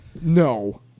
No